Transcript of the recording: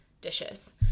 dishes